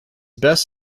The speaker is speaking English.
best